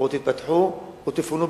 אל תתפתחו,